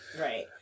Right